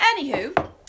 Anywho